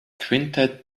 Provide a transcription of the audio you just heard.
quintett